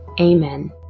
amen